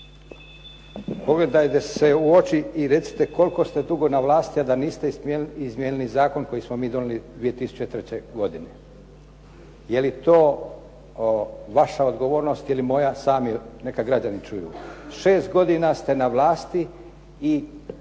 pogledajte se u oči i recite koliko ste dugo na vlasti a da niste izmijenili zakon koji smo mi donijeli 2003. godine. Je li to vaša odgovornost ili moja sami neka građani čuju. 6 godina ste na vlasti i